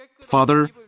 Father